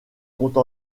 compte